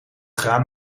graan